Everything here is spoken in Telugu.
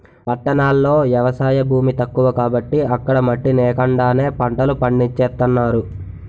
పట్టణాల్లో ఎవసాయ భూమి తక్కువ కాబట్టి అక్కడ మట్టి నేకండానే పంటలు పండించేత్తన్నారు